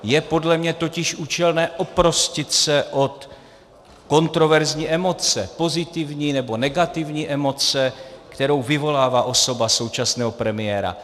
Je podle mě totiž účelné oprostit se od kontroverzní emoce, pozitivní nebo negativní emoce, kterou vyvolává osoba současného premiéra.